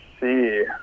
see